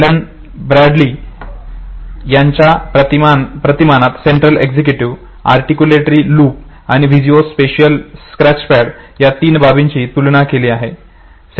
Allan Bradley यांच्या प्रतिमानात central executive articulatory loop आणि विजिओ स्पेशिअल स्क्रॅचपॅड या तीन बाबींची तुलना केलेली आहे